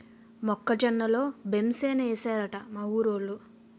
మొక్క జొన్న లో బెంసేనేశారట మా ఊరోలు